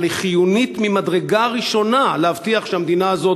אבל היא חיונית ממדרגה ראשונה כדי להבטיח שהמדינה הזאת